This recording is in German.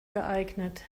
geeignet